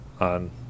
on